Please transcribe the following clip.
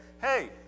hey